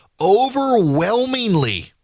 Overwhelmingly